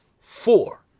four